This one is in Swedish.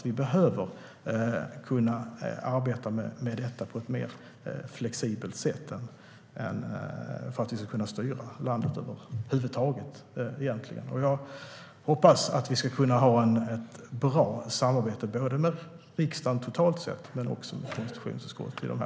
Vi behöver kunna arbeta med detta på ett mer flexibelt sätt för att vi ska kunna styra landet över huvud taget. Jag hoppas att vi kan ha ett bra samarbete i de här frågorna framöver med både riksdagen totalt sett och konstitutionsutskottet.